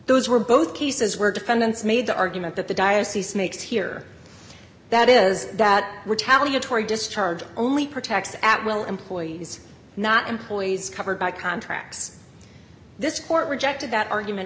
those were both cases where defendants made the argument that the diocese makes here that is that retaliatory discharge only protects at will employees not employees covered by contracts this court rejected that argument